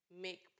make